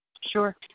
sure